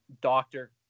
doctor